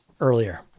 earlier